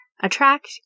attract